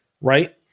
right